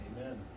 Amen